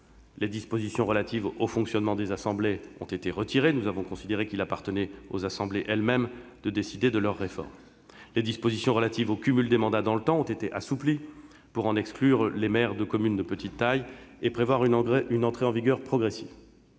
les dispositions relatives au fonctionnement des assemblées ont été retirées : nous avons considéré qu'il appartenait aux assemblées elles-mêmes de décider de leur réforme. Les dispositions relatives au cumul des mandats dans le temps ont été assouplies pour exclure de leur champ les maires des communes de petite taille et prévoir une entrée en vigueur progressive.